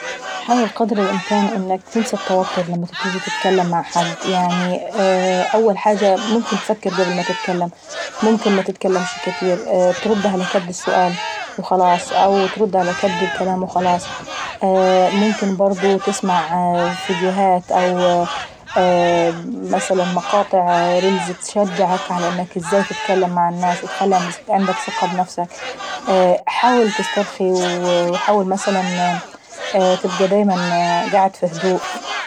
حاول قدر الإمكان انك تنسى التوتر لما تيجي تتكلم مع حد. يعني اول حاجة ممكن اتفكر قبل ما تتكلم. ممكن متتكلمش كتير وترد على كد السؤال وخلاص او ترد على كد الكلام وخلاص، وممكن بررضه تسمع فيديوهات مثلا او مقاطع ريلز تشجعك ازاي تتكلم مع الناس وتخلي عندك ثقة بنفسك. حاول تسترخي وحاول مثلا تبقى دايما قاعد في هدوء.